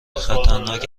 خطرناک